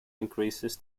increases